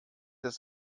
des